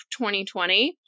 2020